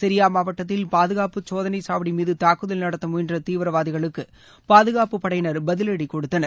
செரியா மாவட்டத்தில் பாதுகாப்பு சோதனைசாவடி மீது தாக்குதல் நடத்த முயன்ற தீவிரவாதிகளுக்கு பாதுகாப்பு படையினர் பதிவடி கொடுத்தனர்